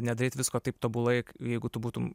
nedaryti visko taip tobulai jeigu tu būtum